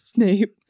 Snape